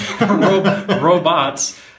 robots